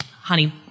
honey